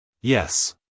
Yes